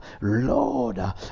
Lord